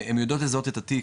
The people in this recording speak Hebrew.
הן יודעות לזהות את התיק,